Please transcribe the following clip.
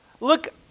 Look